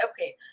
Okay